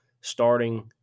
starting